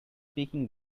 speaking